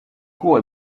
court